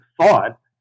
thought